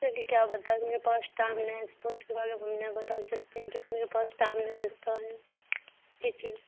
سر جی کیا بتائیں میرے پاس ٹائم نے ہے اسپورٹ کے بارے میں ہم نہیں بتا سکتی کیونکہ میرے پاس ٹائم نہیں بچتا ہے اس لیے